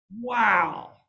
Wow